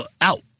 out